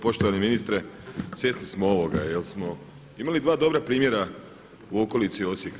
Poštovani ministre, svjesni smo ovoga jer smo imali dva dobra primjera u okolici Osijeka.